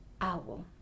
Owl